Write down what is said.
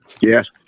Yes